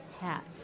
hat